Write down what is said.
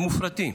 הם מופרטים.